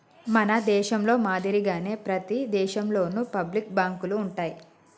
మన దేశంలో మాదిరిగానే ప్రతి దేశంలోను పబ్లిక్ బాంకులు ఉంటాయి